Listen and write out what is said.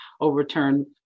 overturned